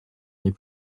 des